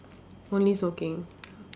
only smoking